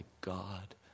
God